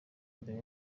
mbere